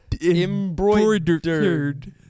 Embroidered